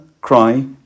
cry